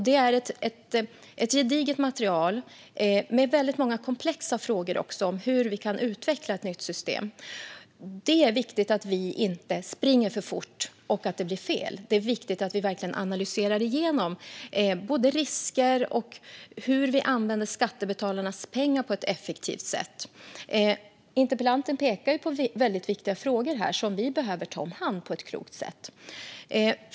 Det är ett gediget material med väldigt många komplexa frågor om hur vi kan utveckla ett nytt system. Det är viktigt att vi inte springer för fort och det blir fel. Det är viktigt att vi verkligen analyserar både risker och hur vi använder skattebetalarnas pengar på ett effektivt sätt. Interpellanten pekar på väldigt viktiga frågor som vi behöver ta om hand på ett klokt sätt.